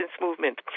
Movement